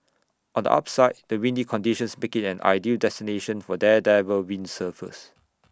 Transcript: on the upside the windy conditions make IT an ideal destination for daredevil windsurfers